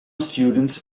students